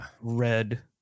red